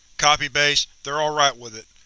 copy, base, they're alright with it.